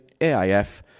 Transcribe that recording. AIF